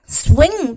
swing